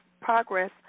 progress